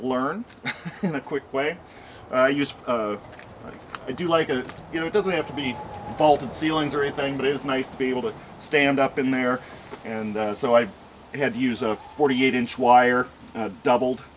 learned in a quick way i used to do like a you know it doesn't have to be vaulted ceilings or anything but it was nice to be able to stand up in there and so i had to use a forty eight inch wire doubled